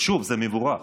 שוב, זה מבורך.